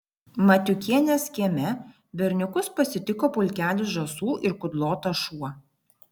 matiukienės kieme berniukus pasitiko pulkelis žąsų ir kudlotas šuo